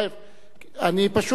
זו דעה אישית.